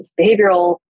behavioral